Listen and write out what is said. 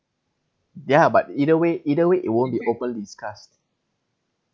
yeah but either way either way it won't be openly discussed